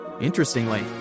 Interestingly